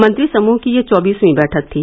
मंत्री समूह की यह चोबीसवीं बैठक थी